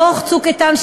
דוח "צוק איתן",